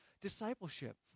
discipleship